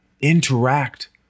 interact